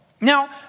Now